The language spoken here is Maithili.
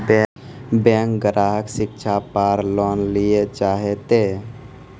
बैंक ग्राहक शिक्षा पार लोन लियेल चाहे ते?